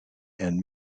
and